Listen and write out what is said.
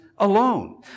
Alone